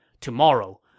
Tomorrow